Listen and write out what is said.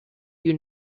you